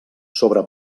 sobre